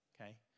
okay